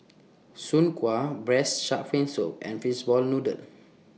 Soon Kway Braised Shark Fin Soup and Fishball Noodle